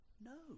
No